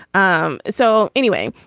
um so anyway,